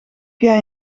jij